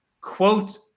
quote